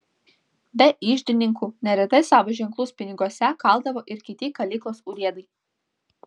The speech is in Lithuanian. be iždininkų neretai savo ženklus piniguose kaldavo ir kiti kalyklos urėdai